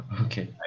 okay